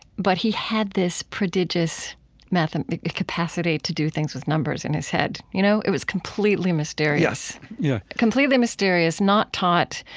but he had this prodigious and capacity to do things with numbers in his head. you know, it was completely mysterious yeah completely mysterious. not taught.